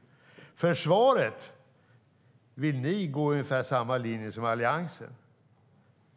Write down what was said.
När det gäller försvaret vill ni gå ungefär samma linje som Alliansen